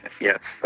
Yes